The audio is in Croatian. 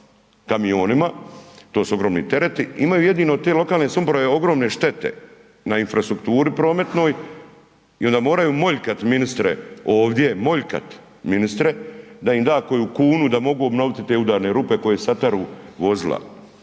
kamionima, to su ogromni tereti, imaju jedino te lokalne samouprave ogromne štete na infrastrukturi prometnoj i onda moraju moljkat ministre ovdje, moljkat ministre da im da koju kunu da mogu obnovit te udarne rupe koje sataru vozila,